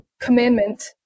commandment